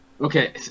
Okay